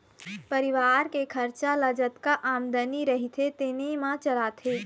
परिवार के खरचा ल जतका आमदनी रहिथे तेने म चलाथे